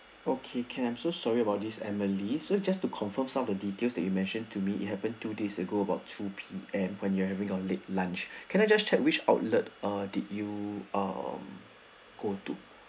okay can I'm so sorry about this emily so just to confirm some of the details that you mentioned to me it happened two days ago about two P_M when you're having your late lunch can I just check which outlet ah did you ah go to